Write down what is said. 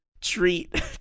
treat